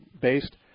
based